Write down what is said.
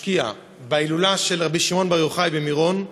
משקיעים בהילולה של רבי שמעון בר יוחאי במירון,